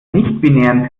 nichtbinären